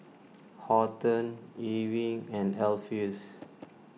Horton Ewing and Alpheus